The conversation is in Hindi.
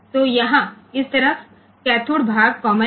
तो यहाँ इस तरफ कैथोड भाग कॉमन है